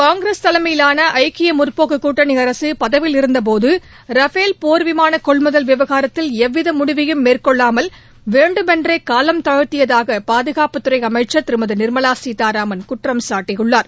காங்கிரஸ் தலைமயிலான ஐக்கிய முற்போக்கு கூட்டனி அரசு பதவியில் இருந்த காலத்தில் ரஃபேல் போர் விமான கொள்முதல் விவகாரத்தில் எவ்வித முடிவையும் மேற்கொள்ளாமல் வேண்டுமென்றே காலம் தாழ்த்தியதாக பாதுகாப்பு அமைச்சர் திருமதி நிர்மலா சீதாராமன் குற்றம் சாட்டியுள்ளார்